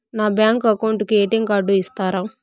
నా bank account కు ATM card ఇస్తారా